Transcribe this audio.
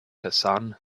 hassan